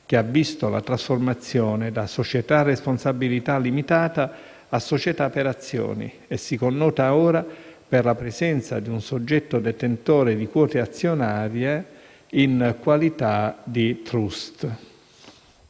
che ha visto la trasformazione da società a responsabilità limitata a società per azioni e che si connota ora per la presenza di un soggetto detentore di quote azionarie in qualità di *trust*.